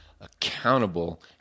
accountable